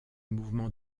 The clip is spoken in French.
mouvement